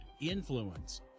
influence